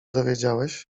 dowiedziałeś